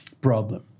problem